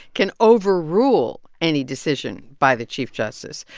can overrule any decision by the chief justice.